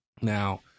Now